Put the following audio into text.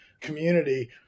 community